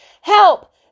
Help